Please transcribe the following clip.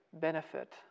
benefit